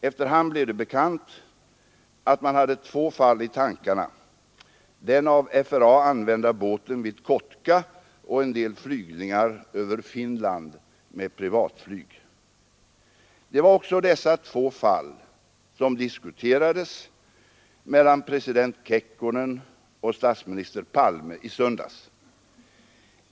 Efter hand blev det bekant att man hade två fall i tankarna: den av FRA använda båten vid Kotka och en del flygningar över Finland med privatflyg. Det var också dessa två fall som diskuterades mellan president Kekkonen och statsminister Palme i söndags.